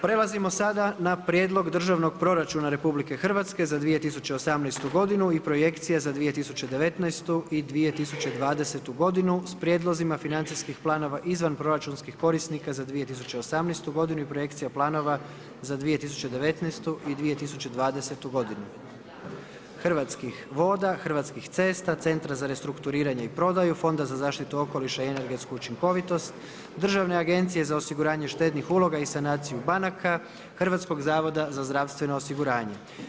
Prelazimo sada na Prijedlog državnog proračuna RH za 2018. i projekcija za 2019. i 2020. godinu s prijedlozima financijskih planova izvanproračunskih korisnika za 2018. i projekcija planova za 2019. i 2020. godinu Hrvatskih voda, Hrvatskih cesta, Centra za restrukturiranje i prodaju, Fonda za zaštitu okoliša i energetsku učinkovitost, Državne agencije za osiguranje štednih uloga i sanaciju banaka, Hrvatskog zavoda za zdravstveno osiguranje.